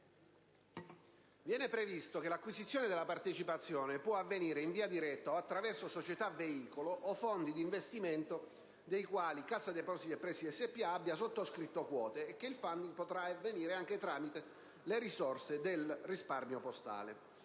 Viene previsto che l'acquisizione delle partecipazioni può avvenire in via diretta, o attraverso società veicolo o fondi di investimento, dei quali Cassa depositi e prestiti spa abbia sottoscritto quote, e che il *funding* potrà avvenire anche tramite le risorse del risparmio postale.